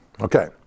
Okay